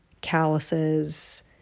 calluses